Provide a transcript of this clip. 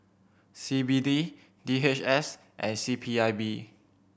C B D D H S and C P I B